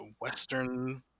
western